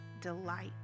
delight